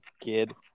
kid